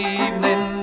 evening